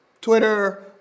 Twitter